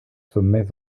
sommets